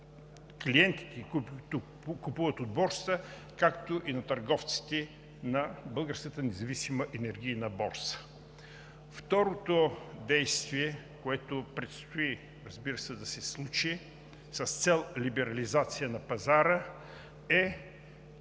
клиентите, които купуват от Борсата, както и на търговците на Българската независима енергийна борса. Второто действие, което предстои да се случи с цел либерализация на пазара, е